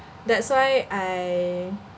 that's why I